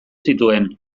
zituen